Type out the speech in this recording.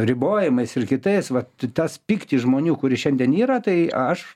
ribojimais ir kitais vat tas pyktis žmonių kuris šiandien yra tai aš